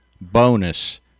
bonus